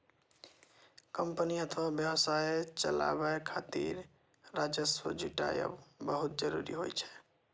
company अथवा व्यवसाय चलाबै खातिर राजस्व जुटायब बहुत जरूरी होइ छै